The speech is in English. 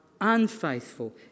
unfaithful